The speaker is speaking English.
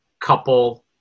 couple